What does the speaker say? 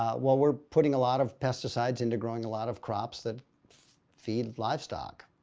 ah while we're putting a lot of pesticides and to growing a lot of crops that feed livestock,